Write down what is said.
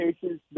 cases